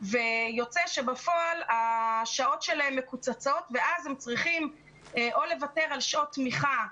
ויוצא שבפועל השעות שלהם מקוצצות ואז הם צריכים או לוותר על שעות תמיכה,